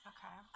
Okay